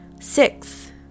six